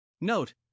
Note